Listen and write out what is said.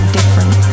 different